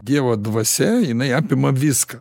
dievo dvasia jinai apima viską